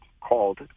called